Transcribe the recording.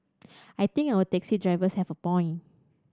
I think our taxi drivers have a point